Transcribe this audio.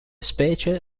specie